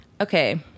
Okay